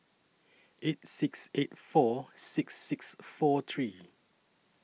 eight six eight four six six four three